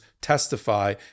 testify